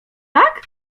tak